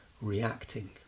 reacting